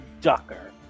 Ducker